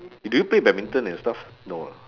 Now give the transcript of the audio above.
do you play badminton and stuff no ah